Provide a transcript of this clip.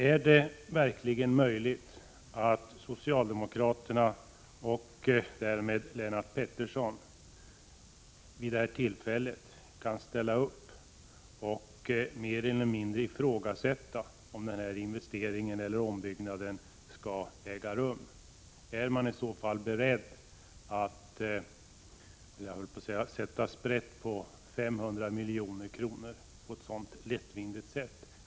Är det verkligen möjligt att socialdemokraterna och därmed Lennart Pettersson vid detta tillfälle kan ställa upp och mer eller mindre ifrågasätta om den här investeringen eller ombyggnaden skall äga rum? Är mani så fall beredd att ”sätta sprätt på” 500 milj.kr. på ett så lättvindigt sätt?